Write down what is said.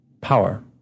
power